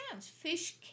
Fish